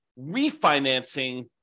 refinancing